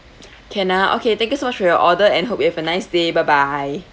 can ah okay thank you so much for your order and hope you have a nice day bye bye